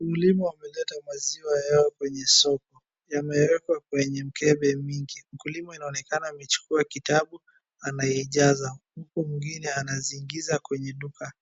Wakulima wameleta maziwa yao kwenye soko. Yameekwa kwenye mkebe mingi. Mkulima inaonekana amechukua kitabu, anaijaza. Mtu mwingine anaziingiza kwenye duka.